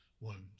wounds